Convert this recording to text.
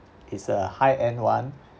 is a high-end one